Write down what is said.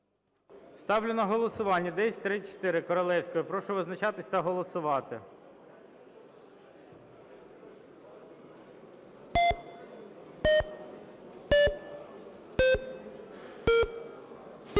Ставлю на голосування 1034, Королевської. Прошу визначатись та голосувати.